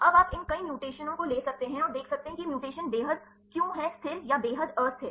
अब आप इन कई म्यूटेशनों को ले सकते हैं और देख सकते हैं कि ये म्यूटेशन बेहद क्यों हैं स्थिर या बेहद अस्थिर